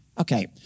Okay